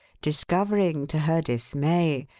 discovering, to her dismay,